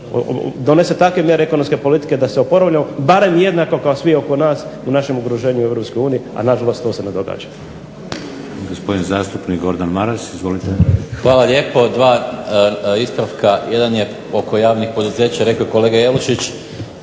donese takve mjere ekonomske politike da se oporavljamo barem jednako kao svi oko nas u našem okruženju u EU, a nažalost to se ne događa.